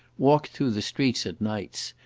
walked through the streets at nights,